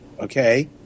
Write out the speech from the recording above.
Okay